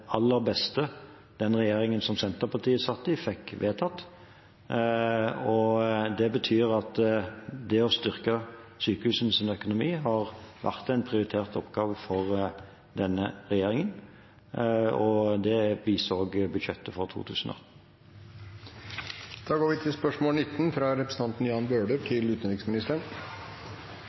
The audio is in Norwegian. aller beste som den regjeringen Senterpartiet satt i, fikk vedtatt. Det betyr at å styrke sykehusenes økonomi har vært en prioritert oppgave for denne regjeringen, og det viser også budsjettet for 2018. Det er en stor ting for Norge at vi